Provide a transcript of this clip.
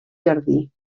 jardí